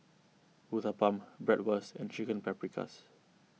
Uthapam Bratwurst and Chicken Paprikas